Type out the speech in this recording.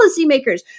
policymakers